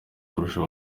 kurusha